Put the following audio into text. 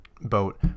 boat